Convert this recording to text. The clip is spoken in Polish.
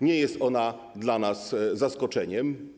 Nie jest ona dla nas zaskoczeniem.